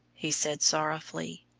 he said sorrowfully.